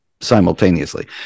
simultaneously